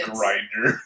Grinder